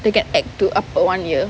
they can act to up one year